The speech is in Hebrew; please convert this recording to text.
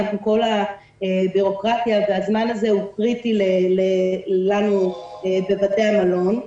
כל הבירוקרטיה והזמן הזה הוא קריטי לנו בבתי המלון.